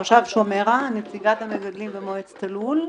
שומרה, נציגת המגדלים במועצת הלול,